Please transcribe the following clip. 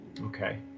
Okay